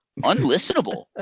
unlistenable